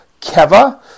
Keva